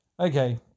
Okay